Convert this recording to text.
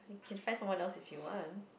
you can find someone else if you want